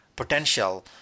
Potential